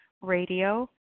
radio